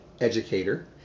educator